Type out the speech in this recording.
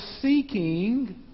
seeking